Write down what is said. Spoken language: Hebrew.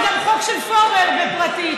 זה גם חוק של פורר, בפרטית.